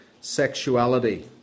Sexuality